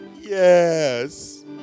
Yes